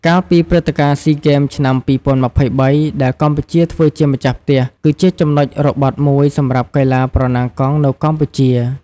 កាលពីព្រឹត្តិការណ៍ស៊ីហ្គេមឆ្នាំ ២០២៣ ដែលកម្ពុជាធ្វើជាម្ចាស់ផ្ទះ គឺជាចំណុចរបត់មួយសម្រាប់កីឡាប្រណាំងកង់នៅកម្ពុជា។